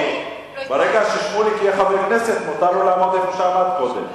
ברגע ששמוליק יהיה חבר כנסת יהיה מותר לו לעמוד איפה שהוא עמד קודם.